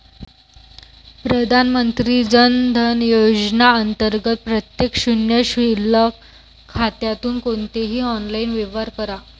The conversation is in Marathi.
प्रधानमंत्री जन धन योजना अंतर्गत प्रत्येक शून्य शिल्लक खात्यातून कोणतेही ऑनलाइन व्यवहार करा